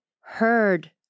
heard